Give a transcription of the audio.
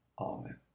Amen